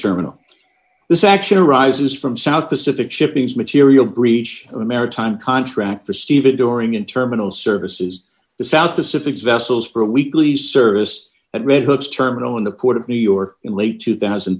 terminal this action arises from south pacific chippings material breach of a maritime contract the stevedoring and terminal services the south pacific vessels for a weekly service at redhook terminal in the port of new york in late two thousand